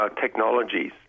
technologies